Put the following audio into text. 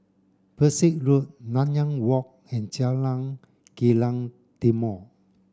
Pesek Road Nanyang Walk and Jalan Kilang Timor